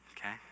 okay